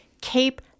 Keep